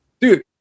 dude